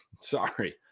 Sorry